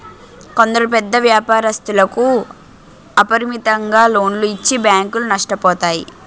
కొందరు పెద్ద వ్యాపారస్తులకు అపరిమితంగా లోన్లు ఇచ్చి బ్యాంకులు నష్టపోతాయి